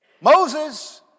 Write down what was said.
Moses